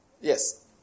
Yes